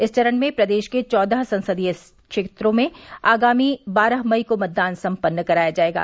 इस चरण में प्रदेश के चौदह संसदीय क्षेत्रों में आगामी बारह मई को मतदान सम्पन्न कराया जायेगा